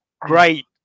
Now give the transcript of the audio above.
great